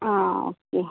ആ ഓക്കെ